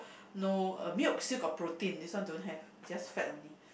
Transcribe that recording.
no uh milk still got protein this one don't have just fat only